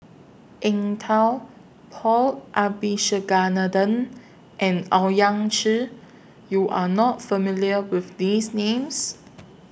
Eng Tow Paul Abisheganaden and Owyang Chi YOU Are not familiar with These Names